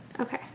Okay